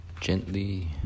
gently